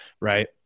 right